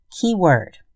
Keyword